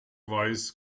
weiß